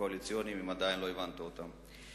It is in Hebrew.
הקואליציוניים אם עדיין לא הבנת אותם.